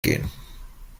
gehen